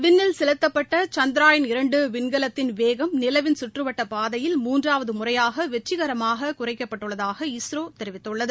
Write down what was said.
விண்ணில் செலுத்தப்பட்ட சந்த்ரயான் இரண்டு விண்கலத்தின் செவேகம் நிலவின் சுற்றுவட்டப் பாதையல் மூன்றாவது முறையாக வெற்றிகரமாக குறைக்கப்பட்டுள்ளதாக இஸ்ரோ தெரிவித்துள்ளது